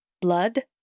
blood